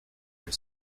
her